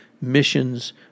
missions